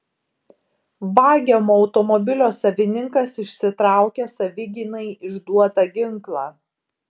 vagiamo automobilio savininkas išsitraukė savigynai išduotą ginklą